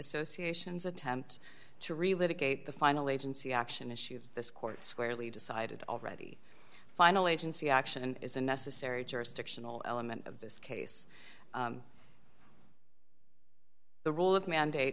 associations attempt to relate a gate the final agency action issues this court squarely decided already final agency action is unnecessary jurisdictional element of this case the rule of mandate